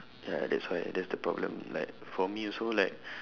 ya that's why that's the problem like for me also like